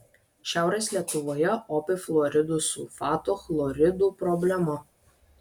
šiaurės lietuvoje opi fluoridų sulfatų chloridų problema